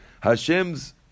Hashem's